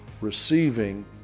receiving